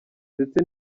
ndetse